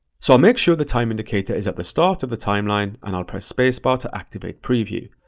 so i'll make sure the time indicator is at the start of the timeline, and i'll press space bar to activate preview.